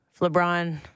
LeBron